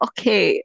Okay